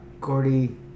Cordy